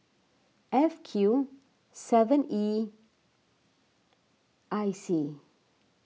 F Q seven E I C